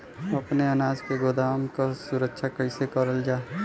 अपने अनाज के गोदाम क सुरक्षा कइसे करल जा?